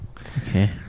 Okay